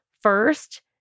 First